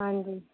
ਹਾਂਜੀ